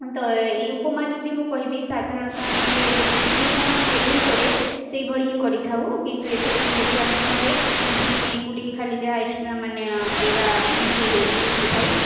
ତ ଏଇ ଉପମା ଯଦି ମୁଁ କହିବି ସାଧାରଣତଃ ଆମେ ଯେ ସୁଜି ଉପମା ଯେଭଳି କରେ ସେହିଭଳି ହିଁ କରିଥାଉ କିନ୍ତୁ ଏଥିରେ ଯେହେତୁ ଆମେ କ'ଣ ହୁଏ ନା ସିମେଇକୁ ଟିକେ ଖାଲି ଯାହା ଏକ୍ସଟ୍ରା ମାନେ ଅଲଗା ମିଶାଇ ମିଶାଇ ଥାଉ